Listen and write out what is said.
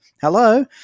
Hello